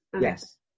Yes